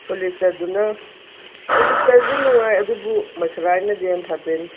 ꯄꯣꯂꯤꯁꯇꯔꯗꯨꯅ ꯄꯣꯂꯤꯁꯇꯔꯗꯨ ꯅꯨꯡꯉꯥꯏ ꯑꯗꯨꯕꯨ ꯃꯁꯥꯂꯥꯏꯅꯗꯤ ꯍꯦꯟꯅ ꯐꯗꯣꯏꯅꯤ